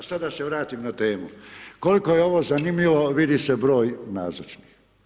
A sad da se vratim na temu, koliko je ovo zanimljivo vidi se broj nazočnih.